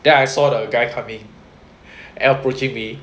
then I saw the guy coming and approaching me